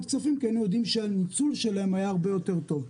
כספים כי היו יודעים שהניצול שלהם היה הרבה יותר טוב.